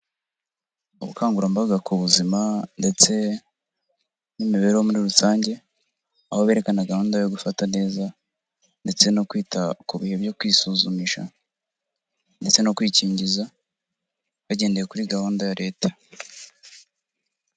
Ubukangurambaga ku buzima ndetse n'imibereho muri rusange aho berekana gahunda yo gufata neza ndetse no kwita ku bihe byo kwisuzumisha ndetse no kwikingiza bagendeye kuri gahunda ya leta.